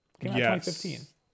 Yes